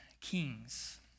King's